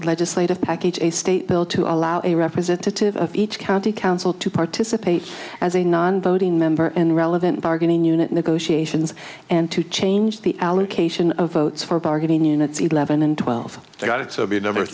legislative package a state bill to allow a representative of each county council to participate as a non voting member in the relevant bargaining unit negotiations and to change the allocation of votes for bargaining units eleven and twelve